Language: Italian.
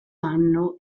anno